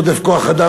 אם יש עודף כוח-אדם,